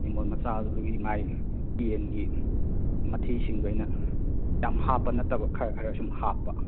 ꯌꯦꯡꯒꯣꯟ ꯃꯆꯥꯗꯨꯒꯤ ꯃꯥꯏ ꯌꯦꯟꯒꯤ ꯃꯊꯤꯁꯤꯡꯗꯣ ꯑꯩꯅ ꯌꯥꯝ ꯍꯥꯞꯄ ꯅꯠꯇꯕ ꯈꯔ ꯈꯔ ꯁꯨꯝ ꯍꯥꯞꯄ